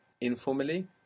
informally